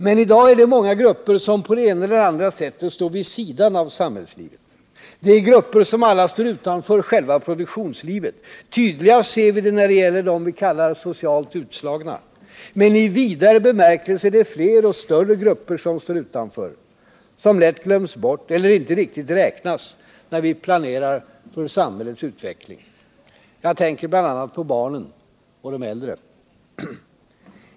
Men i dag är det många grupper som på det ena eller andra sättet står vid sidan av samhällslivet. Det är grupper som alla står utanför själva produktionslivet. Tydligast ser vi det när det gäller dem vi kallar socialt utslagna. Men i vidare bemärkelse är det fler och större grupper som står utanför, som lätt glöms bort eller inte riktigt räknas när vi planerar för samhällets utveckling. Jag tänker bl.a. på barnen och de äldre.